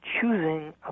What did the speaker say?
choosing